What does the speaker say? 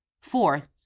Fourth